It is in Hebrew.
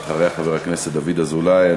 ואחריה, חבר הכנסת דוד אזולאי.